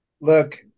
Look